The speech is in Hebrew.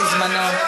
כי זמנו,